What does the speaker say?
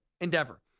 endeavor